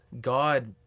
God